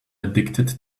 addicted